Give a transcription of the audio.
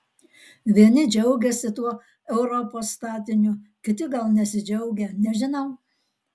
vieni džiaugiasi tuo europos statiniu kiti gal nesidžiaugia nežinau